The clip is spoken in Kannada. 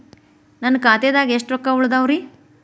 ನನ್ನ ಖಾತೆದಾಗ ಎಷ್ಟ ರೊಕ್ಕಾ ಉಳದಾವ್ರಿ?